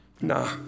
Nah